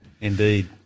Indeed